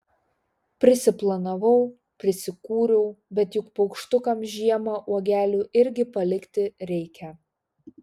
prisiplanavau prisikūriau bet juk paukštukams žiemą uogelių irgi palikti reikia